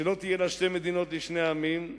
שלא תהיינה שתי מדינות לשני עמים,